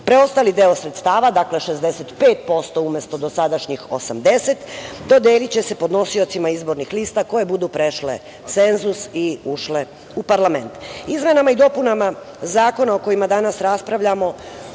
kampanje. Preostali deo sredstava, dakle, 65% umesto dosadašnjih 80%, dodeliće se podnosiocima izbornih lista koje budu prešle cenzus i ušle u parlament. Izmenama i dopunama zakona o kojima danas raspravljamo